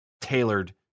tailored